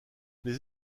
les